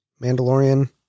Mandalorian